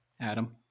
Adam